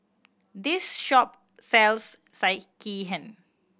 this shop sells Sekihan